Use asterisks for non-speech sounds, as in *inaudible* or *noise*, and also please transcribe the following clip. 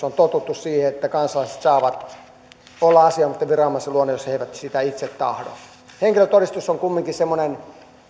*unintelligible* on totuttu siihen että kansalaiset saavat olla asioimatta viranomaisen luona jos he eivät sitä itse tahdo henkilötodistus on kumminkin semmoinen